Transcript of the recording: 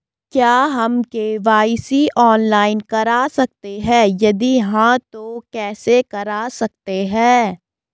क्या हम KYC online करा सकते हैं यदि हाँ तो कैसे करा सकते हैं?